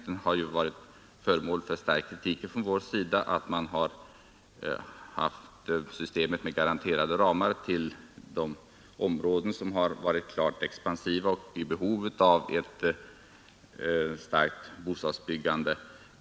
Det har ju varit föremål för stark kritik från vår sida att man haft systemet med garanterade ramar för de områden som har varit klart expansiva och i behov av ett stort bostadsbyggande.